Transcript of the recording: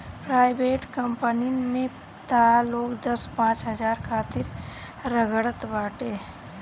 private कंपनीन में तअ लोग दस पांच हजार खातिर रगड़त बाटे